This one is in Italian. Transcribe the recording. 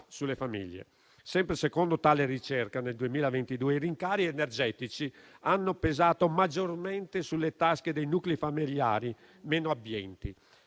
sempre secondo tale ricerca, nel 2022 i rincari energetici hanno pesato maggiormente sulle tasche dei nuclei familiari meno abbienti